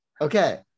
Okay